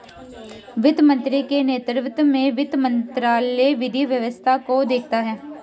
वित्त मंत्री के नेतृत्व में वित्त मंत्रालय विधि व्यवस्था को देखता है